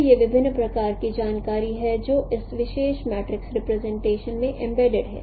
तो ये विभिन्न प्रकार की जानकारी हैं जो इस विशेष मैट्रिक्स रिप्रेजेंटेशन में एम्बेडेड हैं